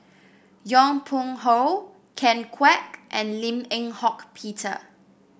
Yong Pung How Ken Kwek and Lim Eng Hock Peter